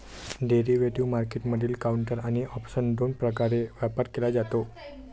derivative मार्केटमधील counter आणि option दोन प्रकारे व्यापार केला जातो